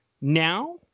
now